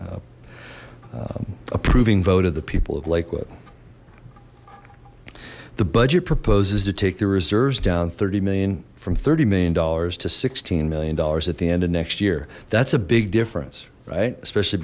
approving vote of the people of lakewood the budget proposes to take the reserves down thirty million from thirty million dollars to sixteen million dollars at the end of next year that's a big difference right especially